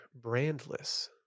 brandless